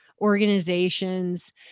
organizations